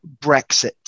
Brexit